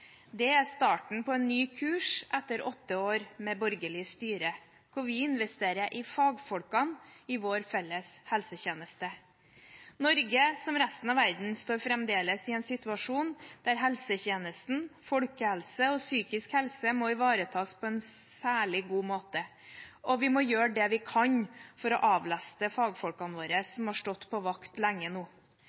Det er starten på en ny kurs etter åtte år med borgerlig styre, hvor vi investerer i fagfolkene i vår felles helsetjeneste. Norge, som resten av verden, står fremdeles i en situasjon der helsetjenesten, folkehelse og psykisk helse må ivaretas på en særlig god måte, og vi må gjøre det vi kan for å avlaste fagfolkene våre som har stått på vakt lenge nå.